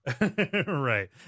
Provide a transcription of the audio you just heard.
right